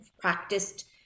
practiced